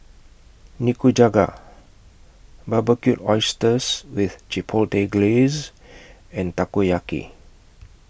Nikujaga Barbecued Oysters with Chipotle Glaze and Takoyaki